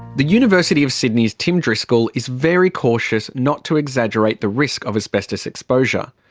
the university of sydney's tim driscoll is very cautious not to exaggerate the risk of asbestos exposure.